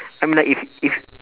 I mean like if if